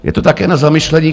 Je to také na zamyšlení.